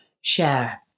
share